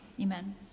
amen